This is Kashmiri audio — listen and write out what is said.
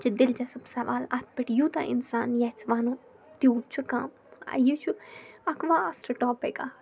یہِ چھِ دِلچَسٕپ سوال اَتھ پٮ۪ٹھ یوٗتاہ اِنسان یَژھِ وَنُن تیوٗت چھُ کَم یہِ چھُ اَکھ واسٹ ٹاپِک اَکھ